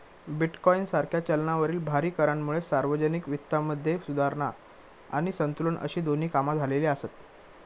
bitcoin सारख्या चलनावरील भारी करांमुळे सार्वजनिक वित्तामध्ये सुधारणा आणि संतुलन अशी दोन्ही कामा झालेली आसत